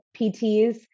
PTs